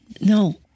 No